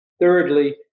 Thirdly